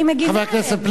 חבר הכנסת פלסנר,